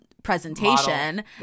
presentation